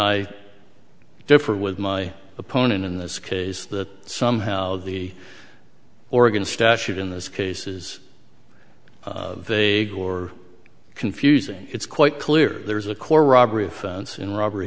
i differ with my opponent in this case that somehow the oregon statute in this case is they or confusing it's quite clear there's a core robbery offense in robbery